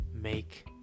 make